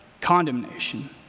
Condemnation